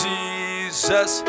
Jesus